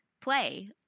play